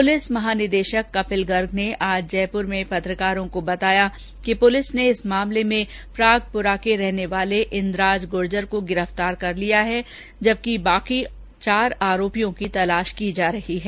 police महानिदेशक कपिल गर्ग ने आज जयपुर में पत्रकारों को बताया कि पुलिस ने इस मामले में प्रागपुरा के रहने वाले इन्द्राज गुर्जर को गिरफ्तार कर लिया है जबकि शेष चार आरोपियों की तलाश की जा रही है